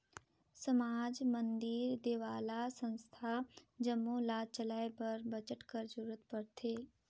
समाज, मंदिर, देवल्ला, संस्था जम्मो ल चलाए बर बजट कर जरूरत परथे